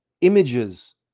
images